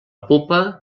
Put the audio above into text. pupa